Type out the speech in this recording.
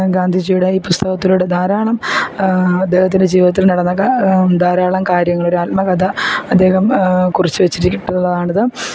ഗാന്ധിജിയുടെ ഈ പുസ്തകത്തിലൂടെ ധാരാളം അദ്ദേഹത്തിൻ്റെ ജീവിതത്തിൽ നടന്ന ധാരാളം കാര്യങ്ങൾ ഒരു ആത്മകഥ അദ്ദേഹം കുറിച്ച് വച്ചിട്ടുള്ളതാണ് ഇത്